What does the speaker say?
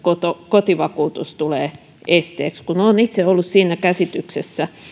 kotivakuutus tulee esteeksi olen itse ollut siinä käsityksessä